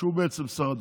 שהוא בעצם שר הדתות,